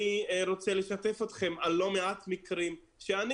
אני רוצה לשתף אתכם על לא מעט מקרים שאני